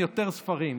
יותר ספרים.